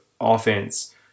offense